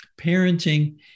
Parenting